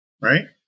Right